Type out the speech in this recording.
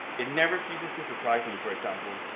it never ceases to surprise me, for example,